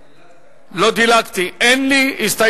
מס'